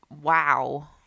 wow